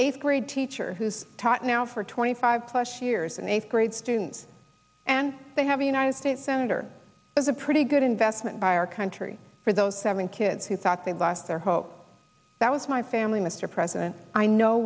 eighth grade teacher who's taught now for twenty five plus years an eighth grade students and they have a united states senator as a pretty good investment by our country for those seven kids who thought they lost their hope that was my family mr president i know